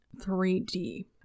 3D